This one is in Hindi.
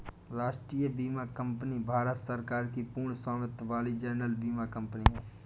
राष्ट्रीय बीमा कंपनी भारत सरकार की पूर्ण स्वामित्व वाली जनरल बीमा कंपनी है